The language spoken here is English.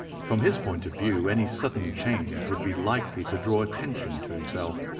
from his point of view, any sudden change would be likely to draw attention to himself.